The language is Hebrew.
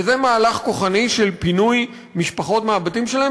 וזה מהלך כוחני של פינוי משפחות מהבתים שלהן